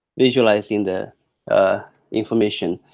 visualizing the information.